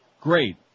Great